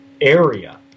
area